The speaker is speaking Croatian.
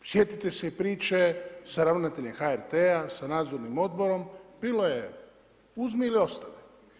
Sjetite se i priče sa ravnateljem HRT-a, sa nadzornim odborom, bilo je uzmi ili ostavi.